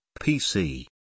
PC